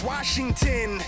Washington